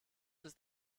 ist